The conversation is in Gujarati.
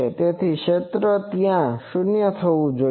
તેથી ક્ષેત્ર ત્યાં શૂન્ય થવું જોઈએ